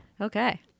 Okay